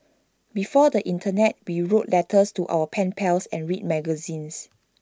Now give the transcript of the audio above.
before the Internet be wrote letters to our pen pals and read magazines